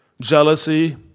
jealousy